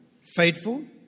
faithful